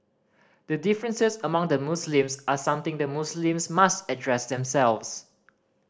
the differences among the Muslims are something the Muslims must address themselves